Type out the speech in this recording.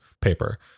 paper